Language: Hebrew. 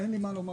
אין לי מה לומר.